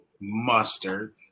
mustard